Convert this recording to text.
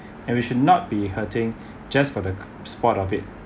and we should not be hurting just for the sport of it